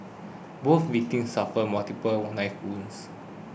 both victims suffered multiple knife wounds